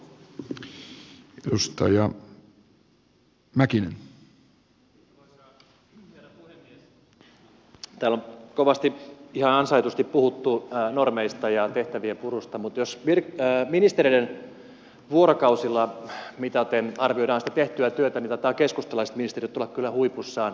täällä on kovasti ihan ansaitusti puhuttu normeista ja tehtävien purusta mutta jos ministereiden vuorokausilla mitaten arvioidaan sitä tehtyä työtä niin taitavat keskustalaiset ministerit olla kyllä huipussaan